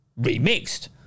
remixed